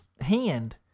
hand